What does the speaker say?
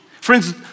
friends